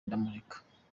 ndamureka